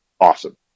Awesome